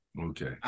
Okay